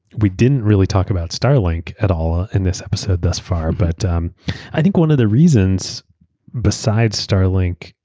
we didn't really talk about starlink at all in this episode thus far, but um i think one of the reasons besides starlink,